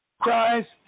Christ